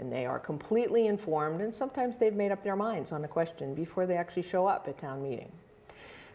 and they are completely informed and sometimes they've made up their minds on the question before they actually show up to town meeting